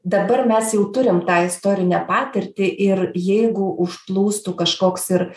dabar mes jau turim tą istorinę patirtį ir jeigu užplūstų kažkoks ir